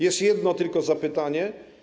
Jest jedno tylko zapytanie.